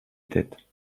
tête